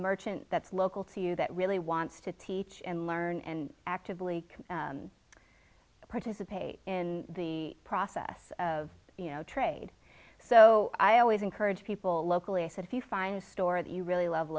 merchant that's local to you that really wants to teach and learn and actively participate in the process of you know trade so i always encourage people locally i said if you find a store that you really love